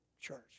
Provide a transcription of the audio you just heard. church